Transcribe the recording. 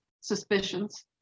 suspicions